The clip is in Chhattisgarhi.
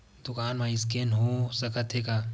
दुकान मा स्कैन हो सकत हे का?